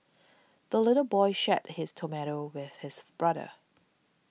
the little boy shared his tomato with his brother